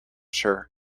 sure